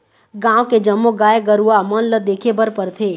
गाँव के जम्मो गाय गरूवा मन ल देखे बर परथे